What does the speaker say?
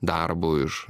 darbu iš